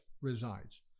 resides